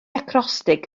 acrostig